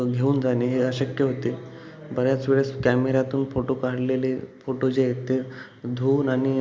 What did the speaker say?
घेऊन जाणे हे अशक्य होते बऱ्याच वेळेस कॅमेऱ्यातून फोटो काढलेले फोटो जे आहेत ते धुवून आणि